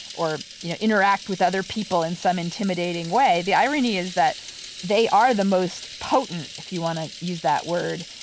or you know interact with other people in some intimidating way. the irony is that they are the most potent if you want to use that word,